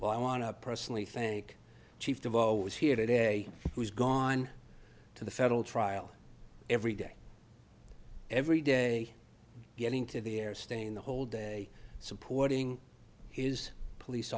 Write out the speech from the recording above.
well i want to personally thank chief deveau was here today who's gone to the federal trial every day every day getting to the air staying the whole day supporting his police